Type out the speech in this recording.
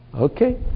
Okay